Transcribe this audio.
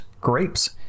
grapes